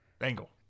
angle